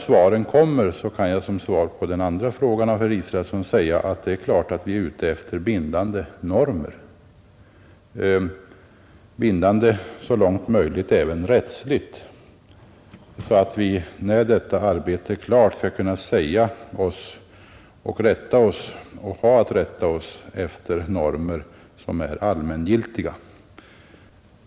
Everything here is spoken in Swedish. Som svar på den andra frågan av herr Israelsson kan jag säga att det är klart att vi är ute efter bindande normer, så långt möjligt även rättsligt bindande för att vi, när detta arbete är klart, skall kunna ha allmängiltiga normer att rätta oss efter.